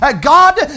God